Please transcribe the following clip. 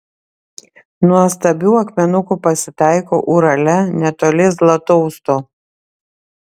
nuostabių akmenukų pasitaiko urale netoli zlatousto